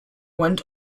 went